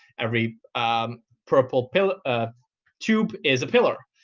every purple pillar ah tube is a pillar.